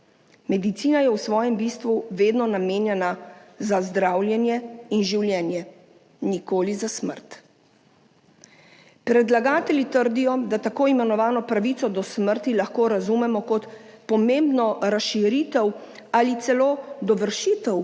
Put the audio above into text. Medicina je v svojem bistvu vedno namenjena zdravljenju in življenju, nikoli smrti. Predlagatelji trdijo, da tako imenovane pravico do smrti lahko razumemo kot pomembno razširitev ali celo dovršitev